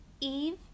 Eve